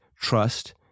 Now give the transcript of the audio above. trust